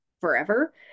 forever